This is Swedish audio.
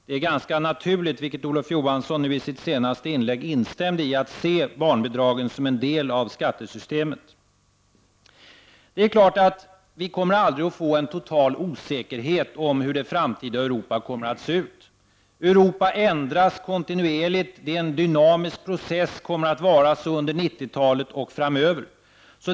Det är ganska naturligt — vilket Olof Johansson i sitt senaste inlägg instämde i — att se barnbidragen som en del av skattesystemet. Vi kommer aldrig att få en total säkerhet om hur det framtida Europa kommer att se ut. Europa ändras kontinuerligt. Det är en dynamisk process, och det kommer att vara så under 90-talet och framöver.